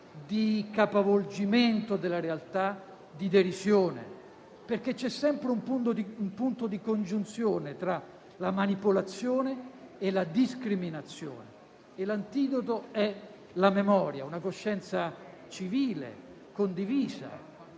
di capovolgimento della realtà, di derisione. C'è sempre un punto di congiunzione tra la manipolazione e la discriminazione, e l'antidoto è la memoria, una coscienza civile condivisa: